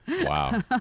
Wow